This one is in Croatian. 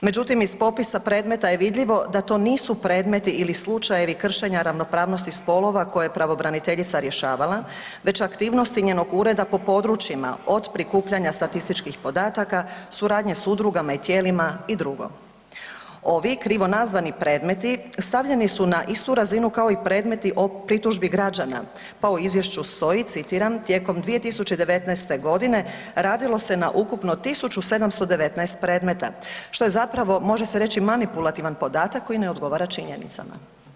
Međutim, iz popisa predmeta je vidljivo da to nisu predmeti ili slučajevi kršenja ravnopravnosti spolova koje je pravobraniteljica rješavala već aktivnosti njenog ureda po područjima od prikupljanja statističkih podataka, suradnje s udrugama i tijelima i dr. Ovi krivo nazvani predmeti stavljeni su na istu razinu kao i predmeti o pritužbi građana pa u izvješću stoji citiram, tijekom 2019. godine radilo se na ukupno 1.719 predmeta, što je zapravo manipulativan podatak koji ne odgovara činjenicama.